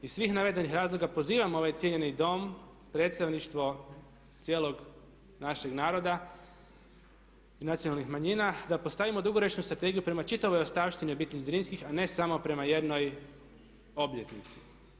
Iz svih navedenih razloga pozivam ovaj cijenjeni Dom, predstavništvo cijelog našeg naroda i nacionalnih manjina da postavimo dugoročnu strategiju prema čitavoj ostavštini obitelji Zrinskih a ne samo prema jednoj obljetnici.